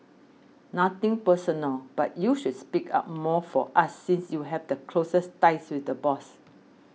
nothing personal but you should speak up more for us since you have the closest's ties with the boss